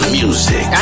music